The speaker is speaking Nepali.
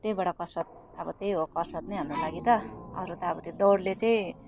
त्यहीँबाट कसरत अब त्यही हो कसरत नै हाम्रो लागि त अरू त अब त्यो दौडले चाहिँ